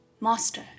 Master